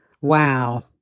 Wow